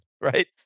Right